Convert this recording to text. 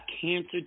cancer